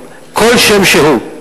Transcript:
כל שם שהוא.